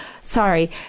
Sorry